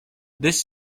this